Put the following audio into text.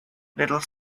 little